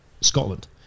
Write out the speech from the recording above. Scotland